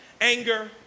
anger